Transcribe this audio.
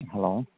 hello